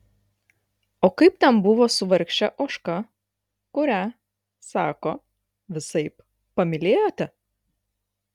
o kaip ten buvo su vargše ožka kurią sako visaip pamylėjote